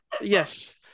yes